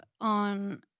on